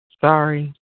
Sorry